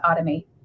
automate